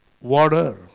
water